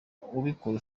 ubikora